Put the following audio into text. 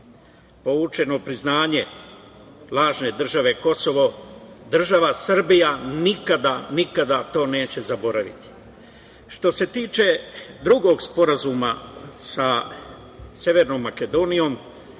povučeno priznanje lažne države Kosovo. Država Srbija nikada, nikada to neće zaboraviti. Što se tiče drugog sporazuma sa Severnom Makedonijom,